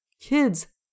kids